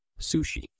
Sushi